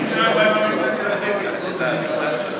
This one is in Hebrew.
ההצעה להעביר את הצעת חוק הבטחת הכנסה (תיקון,